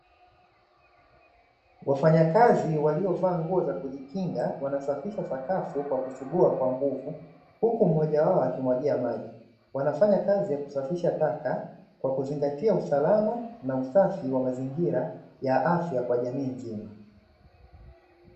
Wafanyakazi waliovaa nguo za kujikinga ,wanasafisha sakafu kwa kusugua kwa nguvu huku mmoja wao akimwagia maji. Wanafanya kazi ya kusafisha taka kwa kuzingatia usalama na usafi wa mazingira ya afya kwa jamii nzima.